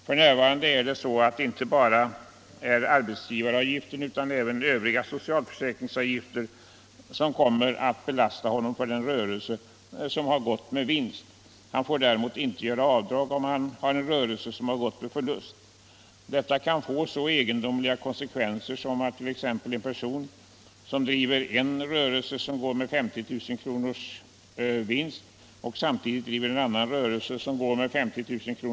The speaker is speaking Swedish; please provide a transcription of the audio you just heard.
F.n. är det så att det inte bara är arbetsgivaravgiften utan även övriga socialförsäkringsavgifter som kommer att belasta honom för den rörelse som gått med vinst. Han får däremot inte göra avdrag om han har en rörelse som gått med förlust. Detta kan få så egendomliga konsekvenser att om t.ex. en person driver en rörelse som går med 50 000 kr. i vinst och han samtidigt driver en annan rörelse som går med 50 000 kr.